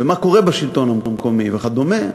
ומה קורה בשלטון המקומי וכדומה,